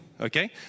okay